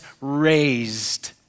raised